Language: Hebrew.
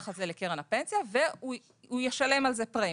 על זה לקרן הפנסיה והוא יצטרך לשלם על זה פרמיה.